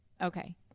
Okay